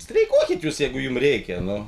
streikuokit jūs jeigu jums reikia nu